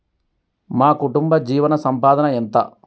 మా కుటుంబ జీవన సంపాదన ఎంత?